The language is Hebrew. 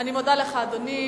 אני מודה לך, אדוני.